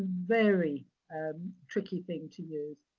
very tricky thing to use.